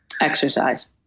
Exercise